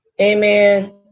Amen